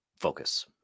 focus